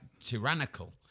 tyrannical